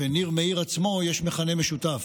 ולניר מאיר עצמו, יש מכנה משותף.